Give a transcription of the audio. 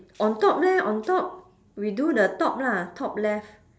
on top leh on top we do the top lah top left